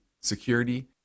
security